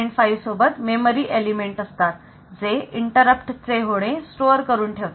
5 सोबत memory element असतात जे इंटरप्ट चे होणे स्टोअर करून ठेवतात